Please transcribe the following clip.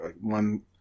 one